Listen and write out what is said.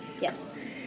Yes